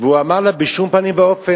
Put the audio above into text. והוא אמר לה: בשום פנים ואופן,